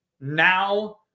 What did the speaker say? now